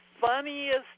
funniest